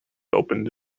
opened